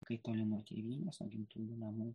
kai toli nuo tėvynės nuo gimtųjų namų